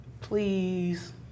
please